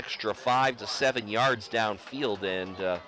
extra five to seven yards downfield and